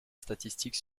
statistique